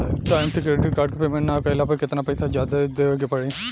Time से credit card के payment ना कैला पर केतना पईसा जादे देवे के पड़ी?